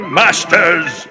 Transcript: masters